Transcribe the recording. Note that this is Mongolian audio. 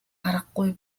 аргагүй